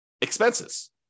expenses